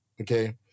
okay